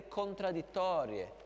contraddittorie